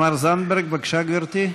חברת הכנסת תמר זנדברג, בבקשה, גברתי.